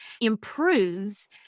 improves